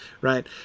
right